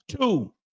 two